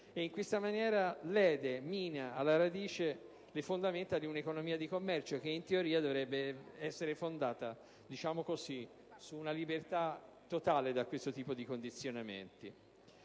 in questa maniera mina alla radice le fondamenta di un'economia di mercato che, in teoria, dovrebbe essere fondata su una libertà totale da questo tipo di condizionamento.